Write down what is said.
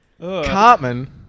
Cartman